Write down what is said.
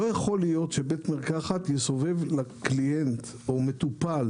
לא יכול להיות שבית מרקחת יסובב קליינט או מטופל